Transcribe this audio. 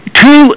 two